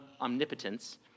omnipotence